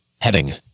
heading